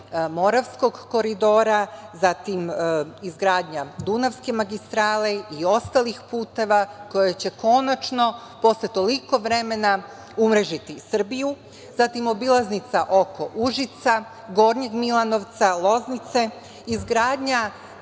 Moravskog koridora, izgradnja Dunavske magistrale i ostalih puteva koji će konačno, posle toliko vremena, umrežiti Srbiju, obilaznica oko Užica, Gornjeg Milanovca, Loznice, izgradnja